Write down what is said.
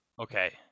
Okay